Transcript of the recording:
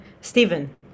Stephen